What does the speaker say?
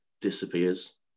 disappears